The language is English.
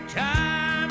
time